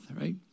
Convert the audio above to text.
right